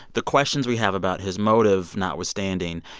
the questions we have about his motive notwithstanding,